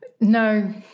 No